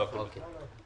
אני אמשיך מסוף דבריך.